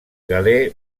galè